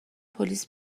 پلیس